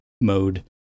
mode